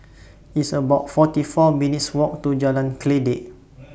It's about forty four minutes' Walk to Jalan Kledek